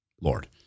Lord